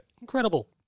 Incredible